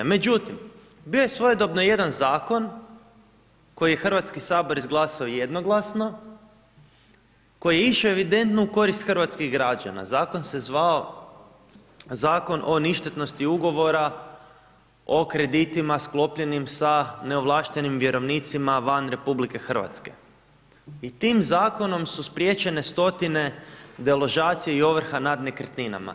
Međutim, bio je svojedobno jedan zakon koji je HS izglasao jednoglasno, koji je išao evidentno u korist hrvatskih građana, zakon se zvao Zakon o ništetnosti ugovora o kreditima sklopljenim sa neovlaštenim vjerovnicima van RH i tim zakonom su spriječene stotine deložacija i ovrha nad nekretninama.